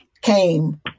came